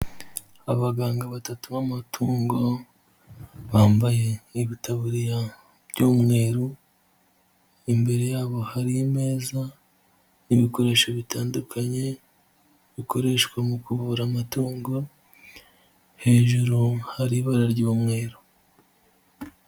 Abaganga batatu b'amatungo, bambaye ibitaburiya by'umweru, imbere yabo hari imeza n'ibikoresho bitandukanye bikoreshwa mu kuvura amatungo, hejuru hari ibara ry'umweru.